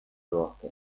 bosques